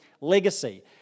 legacy